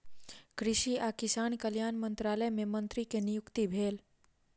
कृषि आ किसान कल्याण मंत्रालय मे मंत्री के नियुक्ति भेल